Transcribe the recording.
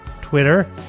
Twitter